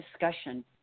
discussion